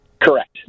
Correct